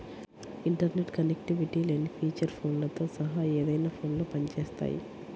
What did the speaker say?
internet connectivity లేని feature ఫోన్లతో సహా ఏదైనా ఫోన్లో పని చేస్తాయి